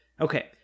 Okay